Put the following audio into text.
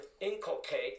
inculcate